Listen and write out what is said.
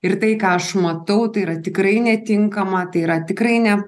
ir tai ką aš matau tai yra tikrai netinkama tai yra tikrai ne